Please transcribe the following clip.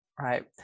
right